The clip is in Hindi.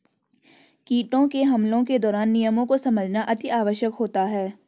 कीटों के हमलों के दौरान नियमों को समझना अति आवश्यक होता है